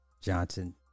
Johnson